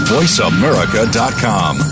VoiceAmerica.com